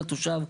לתושב,